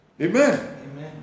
Amen